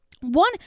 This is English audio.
one –